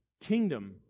kingdom